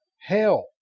hell